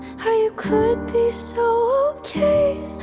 how you could be so okay